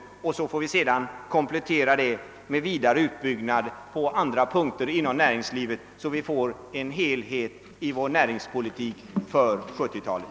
Sedan får vi komplettera med vidare utbyggnad på andra områden inom näringslivet, så att vi skapar en helhet i näringspolitiken för 1970-talet.